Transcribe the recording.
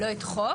לא את חוק,